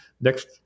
next